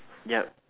yup